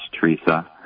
Teresa